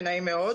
ונעים מאוד.